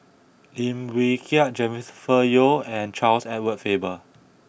Lim Wee Kiak Jennifer Yeo and Charles Edward Faber